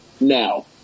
now